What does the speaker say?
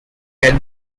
can